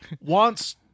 wants